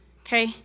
okay